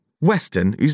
Western